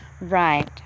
Right